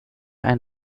ein